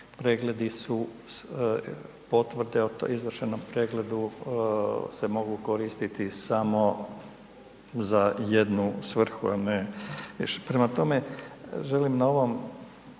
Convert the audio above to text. pregledi su, potvrde o izvršenom pregledu se mogu koristiti samo za jednu svrhu a ne više. Prema tome, želim na ovom,